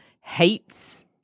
hates